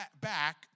back